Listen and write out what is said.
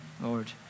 Lord